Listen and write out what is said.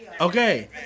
Okay